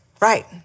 Right